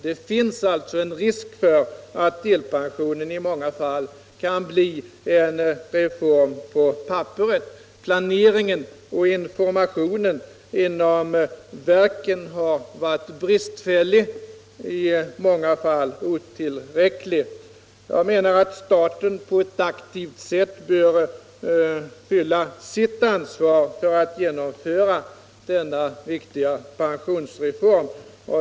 Det finns alltså en risk för att delpensionen i många fall kan bli en reform 157 på papperet. Planeringen och informationen inom verken har varit bristfällig och i många fall otillräcklig. Jag menar att staten på ett aktivt sätt bör fylla sitt ansvar för att genomföra denna viktiga pensionsreform.